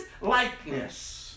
likeness